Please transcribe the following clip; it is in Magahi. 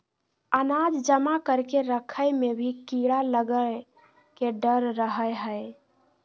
अनाज जमा करके रखय मे भी कीड़ा लगय के डर रहय हय